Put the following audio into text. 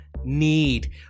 need